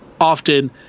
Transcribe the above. often